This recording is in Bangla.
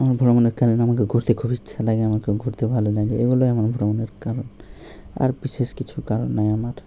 আমার ভ্রমণের কারণে আমাকে ঘুরতে খুব ইচ্ছা লাগে আমাকে ঘুরতে ভালো লাগে এগুলোই আমার ভ্রমণের কারণ আর বিশেষ কিছু কারণ নয় আমার